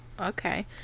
Okay